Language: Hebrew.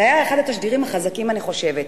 זה היה אחד התשדירים החזקים, אני חושבת.